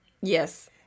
Yes